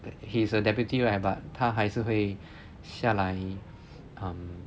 he is a deputy right but 他还是会下来 um